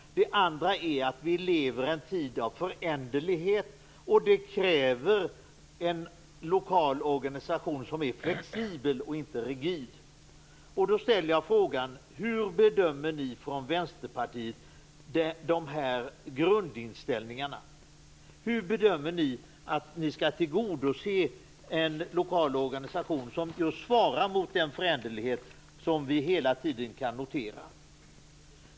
Det andra är att vi lever i en tid av föränderlighet, och det kräver en lokal organisation som är flexibel, inte rigid. Då ställer jag frågan: Hur bedömer ni från Vänsterpartiet de här grundinställningarna? Hur bedömer ni att ni skall tillgodose en lokal organisation som just svarar mot den föränderlighet som vi hela tiden kan notera?